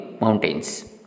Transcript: mountains